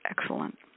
excellent